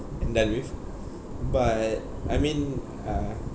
and done with it but I mean uh